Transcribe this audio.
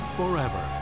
forever